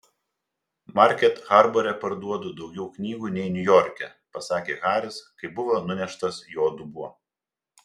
market harbore parduodu daugiau knygų nei niujorke pasakė haris kai buvo nuneštas jo dubuo